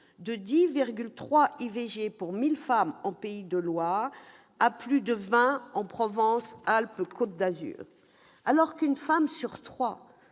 de 10,3 IVG pour 1 000 femmes en Pays de la Loire à 20,1 IVG en Provence-Alpes-Côte d'Azur. Alors qu'une femme sur trois